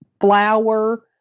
flower